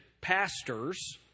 pastors